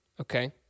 Okay